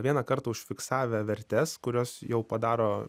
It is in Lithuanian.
vieną kartą užfiksavę vertes kurios jau padaro